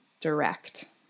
direct